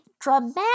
dramatic